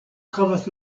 havas